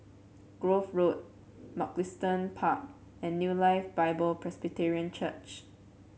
Grove Road Mugliston Park and New Life Bible Presbyterian Church